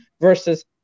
versus